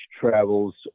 travels